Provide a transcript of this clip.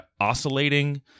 oscillating